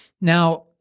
Now